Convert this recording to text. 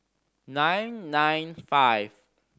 nine nine five